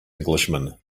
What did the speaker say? englishman